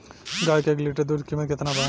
गाय के एक लीटर दूध कीमत केतना बा?